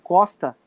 Costa